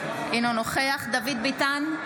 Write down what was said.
אינו נוכח דוד ביטן,